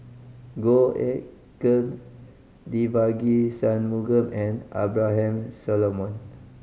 Goh Eck Kheng Devagi Sanmugam and Abraham Solomon